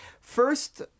first